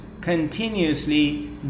continuously